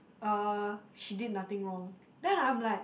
uh she did nothing wrong then I'm like